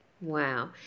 Wow